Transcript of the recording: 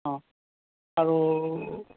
আৰু